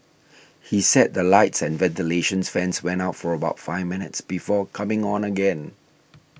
he said the lights and ventilation fans went out for about five minutes before coming on again